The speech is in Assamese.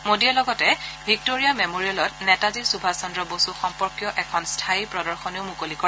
মোদীয়ে লগতে ভিক্টৰিয়া মেমৰিয়েলত নেতাজী সূভাষ চন্দ্ৰ বসূ সম্পৰ্কীয় এখন স্থায়ী প্ৰদশনীও মুকলি কৰে